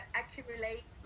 accumulate